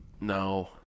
No